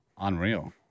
Unreal